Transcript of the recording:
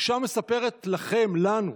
אישה מספרת לכם, לנו,